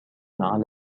على